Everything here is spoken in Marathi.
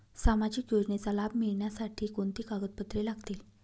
सामाजिक योजनेचा लाभ मिळण्यासाठी कोणती कागदपत्रे लागतील?